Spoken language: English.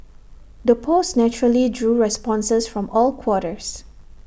the post naturally drew responses from all quarters